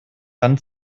dann